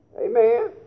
Amen